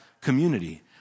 community